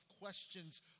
questions